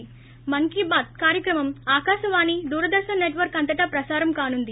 మన్కీ బాత్ కార్యక్రమం ఆకాశవాణి దూరదర్పన్ సెట్వర్క్ అంతటా ప్రసారం కానుంది